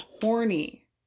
horny